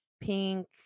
Pink